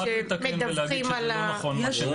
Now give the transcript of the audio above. לתקן ולהגיד שזה לא נכון מה שהיא אמרה.